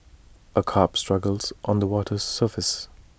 A carp struggles on the water's surface